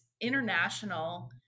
international